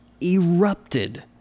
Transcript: erupted